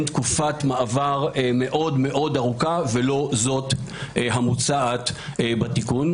תקופת מעבר מאוד ארוכה ולא זו המוצעת בתיקון.